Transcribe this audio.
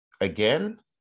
Again